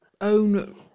own